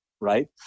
right